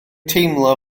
teimlo